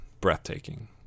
breathtaking